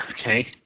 Okay